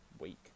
week